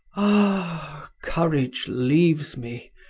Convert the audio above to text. ah! courage leaves me,